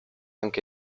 anche